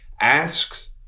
asks